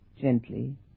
gently